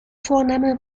vorname